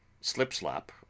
slipslop